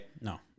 no